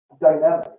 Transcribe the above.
dynamic